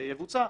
יבוצע.